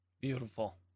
Beautiful